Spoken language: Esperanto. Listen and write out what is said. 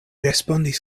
respondis